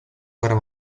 guerra